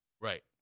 Right